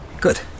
Good